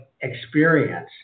experience